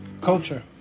culture